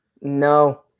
No